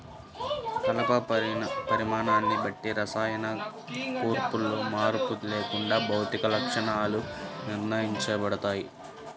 కలప పరిమాణాన్ని బట్టి రసాయన కూర్పులో మార్పు లేకుండా భౌతిక లక్షణాలు నిర్ణయించబడతాయి